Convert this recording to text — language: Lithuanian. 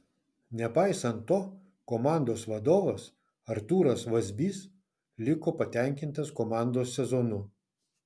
nepaisant to komandos vadovas artūras vazbys liko patenkintas komandos sezonu